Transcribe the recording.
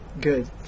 good